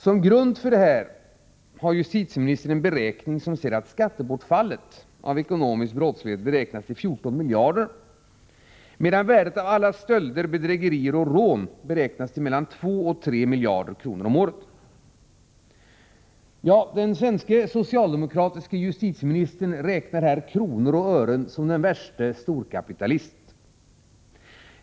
Som grund för detta har justitieministern en beräkning som visar att skattebortfallet av ekonomisk brottslighet beräknas till 14 miljarder kronor, medan värdet av alla stölder, bedrägerier och rån beräknas till mellan 2 och 3 miljarder kronor om året. Den svenske socialdemokratiske justitieministern räknar här kronor och ören som den värste storkapitalist.